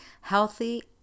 healthy